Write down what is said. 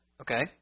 okay